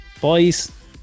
Boys